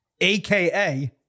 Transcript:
aka